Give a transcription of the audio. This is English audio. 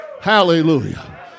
Hallelujah